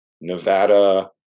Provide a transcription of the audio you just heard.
Nevada